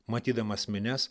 matydamas minias